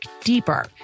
deeper